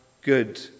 good